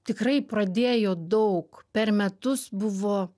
tikrai pradėjo daug per metus buvo